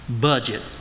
budget